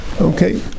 Okay